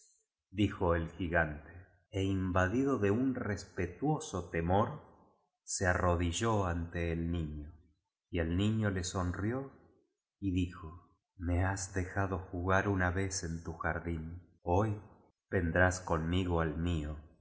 dijo el gigante é invadido de un respetuoso temor se arrodilló ante el niño y el niño le sonrió y dijo me has dejado jugar una ve en tu jardín hoy vendrás conmigo al mío